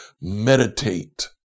meditate